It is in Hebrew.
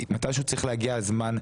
מתי שהוא צריך להגיע הזמן,